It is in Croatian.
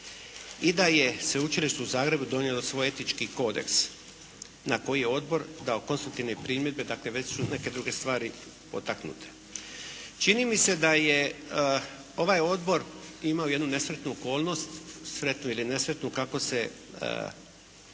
i da je Sveučilište u Zagrebu donijelo svoj etički kodeks na koji je odbor dao konstruktivne primjedbe, dakle već su neke druge stvari potaknute. Čini mi se da je ovaj odbor imao jednu nesretnu okolnost, sretnu ili nesretnu kako se